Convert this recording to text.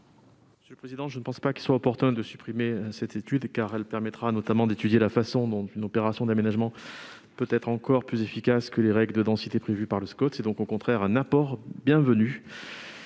économiques ? Je ne pense pas qu'il soit opportun de supprimer cette étude, car elle permettra d'étudier la façon dont une opération d'aménagement peut être encore plus efficace que les règles de densité prévues par le SCoT. C'est donc au contraire un apport bienvenu.